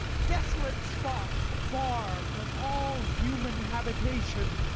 desolate spot, far from all human habitation,